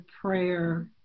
prayer